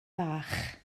bach